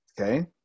Okay